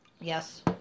Yes